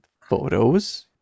photos